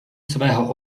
svého